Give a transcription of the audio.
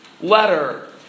letter